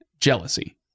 jealousy